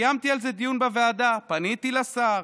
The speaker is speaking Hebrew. קיימתי על זה דיון בוועדה, פניתי לשר,